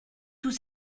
tous